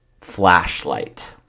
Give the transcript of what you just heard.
flashlight